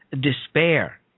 despair